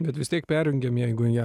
bet vis tiek perjungiam jeigu ją